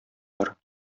бар